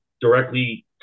directly